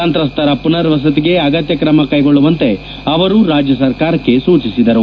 ಸಂತ್ರಸ್ತರ ಪುನರ್ವಸತಿಗೆ ಅಗತ್ಯ ಕ್ರಮ ಕೈಗೊಳ್ಳುವಂತೆ ಅವರು ರಾಜ್ಯ ಸರ್ಕಾರಕ್ಷೆ ಸೂಚಿಸಿದರು